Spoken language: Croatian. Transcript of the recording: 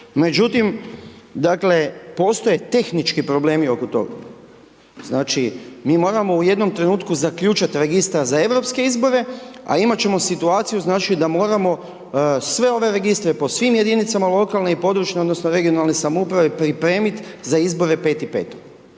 međutim, dakle, postoje tehnički problemi oko toga. Znači mi moramo u jednom trenutku zaključati registar za europske izbore, a imati ćemo situaciju, znači da moramo sve ove registre po svim jedinice lokalne i područje, odnosno, regionalne samouprave pripremiti za izbore 5.5.